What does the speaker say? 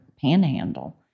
panhandle